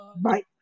Bye